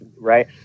right